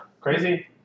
Crazy